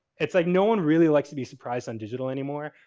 it's like no one really likes to be surprised on digital anymore.